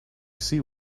see